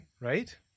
right